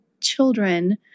children